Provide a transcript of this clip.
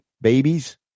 babies